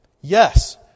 yes